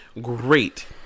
great